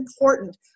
important